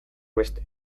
beste